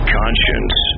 conscience